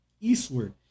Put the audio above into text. eastward